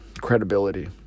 credibility